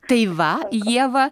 tai va ieva